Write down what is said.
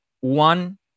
one